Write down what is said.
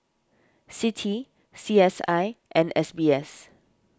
Citi C S I and S B S